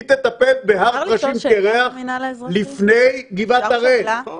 היא תטפל בהר וטרשים קירח לפני גבעת הראל.